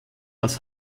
aus